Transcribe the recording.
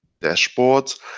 dashboards